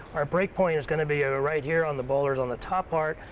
our break point is going to be ah right here on the bowlers on the top part,